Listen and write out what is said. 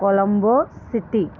Colombo city